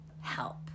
help